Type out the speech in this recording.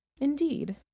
indeed